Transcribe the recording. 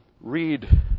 read